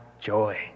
joy